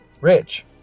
Rich